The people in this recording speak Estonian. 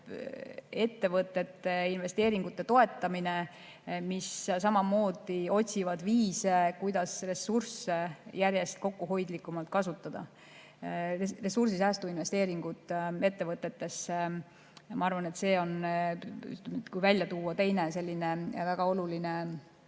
ettevõtete investeeringute toetamine, kui samamoodi otsitakse viise, kuidas ressursse järjest kokkuhoidlikumalt kasutada. Need on ressursisäästuinvesteeringud ettevõtetesse. Ma arvan, et see on, kui välja tuua, teine väga oluline